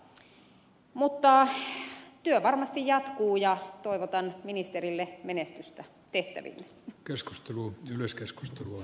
mutta työ varmasti jatkuu ja toivotan ministerille menestystä tehtävissä